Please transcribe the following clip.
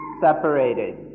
separated